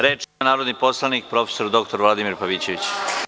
Reč ima narodni poslanik prof. dr Vladimir Pavićević.